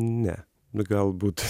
ne nu gal būt